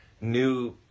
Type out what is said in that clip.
new